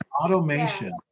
Automation